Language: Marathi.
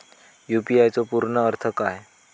यू.पी.आय चो पूर्ण अर्थ काय?